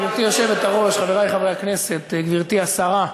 גברתי היושבת-ראש, חברי חברי הכנסת, גברתי השרה,